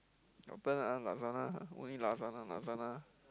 open ah Lazada only Lazada Lazada